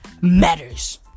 matters